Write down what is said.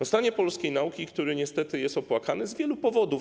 O stanie polskiej nauki, który niestety jest opłakany z wielu powodów.